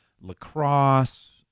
lacrosse